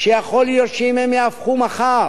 יכול להיות שאם הם יהפכו מחר